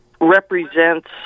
represents